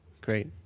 Great